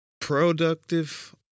productive